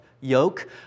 yoke